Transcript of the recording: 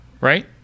right